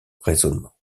raisonnement